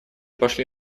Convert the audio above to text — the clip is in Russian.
пошли